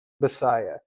Messiah